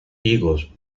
higos